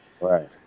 Right